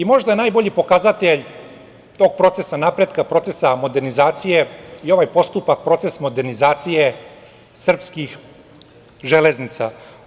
Možda je najbolji pokazatelj tog procesa napretka, procesa modernizacije i ovaj postupak procesa modernizacije srpskih železnica.